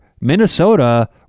Minnesota